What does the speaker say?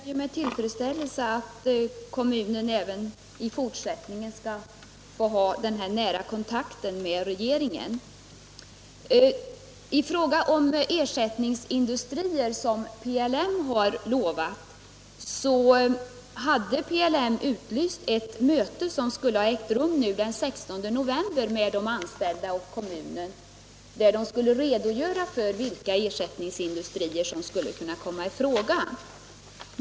Herr talman! Jag noterar med tillfredsställelse att kommunen även i fortsättningen skall få ha nära kontakt med regeringen. PLM hade, i fråga om de ersättningsindustrier man lovat, utlyst ett möte med de anställda och kommunen som skulle ha ägt rum den 16 november. Där skulle man redogöra för vilka ersättningsindustrier som skulle kunna komma i fråga.